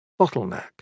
bottleneck